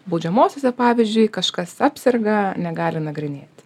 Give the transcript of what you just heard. baudžiamosiose pavyzdžiui kažkas apserga negali nagrinėti